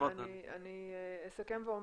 אני אסכם ואומר,